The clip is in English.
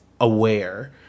aware